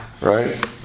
Right